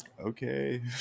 Okay